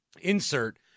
insert